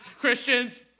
Christians